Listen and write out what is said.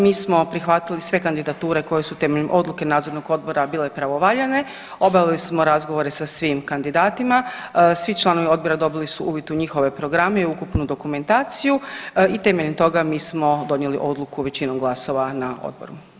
Mi smo prihvatili sve kandidature koje su temeljem odluke nadzornog odbora bile pravovaljane, obavili smo razgovore sa svim kandidatima, svi članovi odbora dobili su uvid u njihove programe i ukupnu dokumentaciju i temeljem toga mi smo donijeli odluku većinom glasova na odboru.